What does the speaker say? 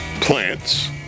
plants